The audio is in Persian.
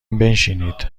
بنشینید